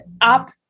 up